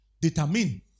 Determine